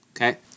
Okay